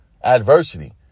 adversity